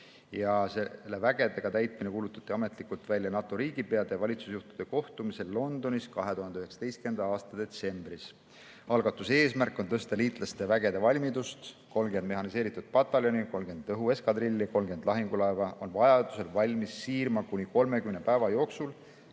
ja selle vägedega täitmine kuulutati ametlikult välja NATO riigipeade ja valitsusjuhtide kohtumisel Londonis 2019. aasta detsembris. Algatuse eesmärk on tõsta liitlaste vägede valmidust: 30 mehhaniseeritud pataljoni, 30 õhueskadrilli ja 30 lahingulaeva on vajadusel valmis siirma kuni 30 päeva jooksul,